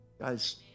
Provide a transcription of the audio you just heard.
Guys